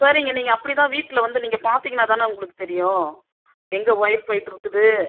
சரிங்க நீங்கள் அப்படிதான் வீட்டில் வந்து நீங்கள் பார்த்தீங்கன்னா தானே உங்களுக்கு தெரியும் எங்கே ஒயர் போயிட்டுருக்குது